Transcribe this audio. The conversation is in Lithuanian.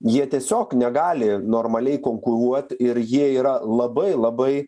jie tiesiog negali normaliai konkuruot ir jie yra labai labai